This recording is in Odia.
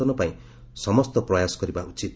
ଟନ ପାଇଁ ସମସ୍ତ ପ୍ରୟାସ କରିବା ଉଚିତ